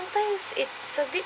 times it's a bit